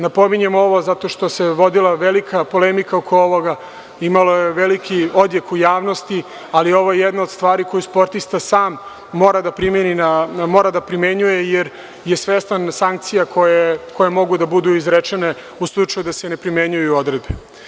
Napominjem ovo zato što se vodila velika polemika oko ovoga, imalo je veliki odjek u javnosti, ali ovo je jedna od stvari koje sportista sam mora da primenjuje, jer je svestan sankcija koje mogu da budu izrečene u slučaju da se ne primenjuju odredbe.